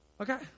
Okay